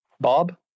Bob